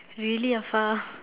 really afar